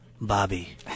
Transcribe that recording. bobby